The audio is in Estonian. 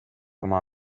oma